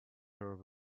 her